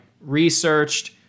researched